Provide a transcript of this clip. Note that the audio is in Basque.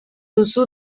duzu